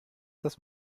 das